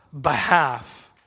behalf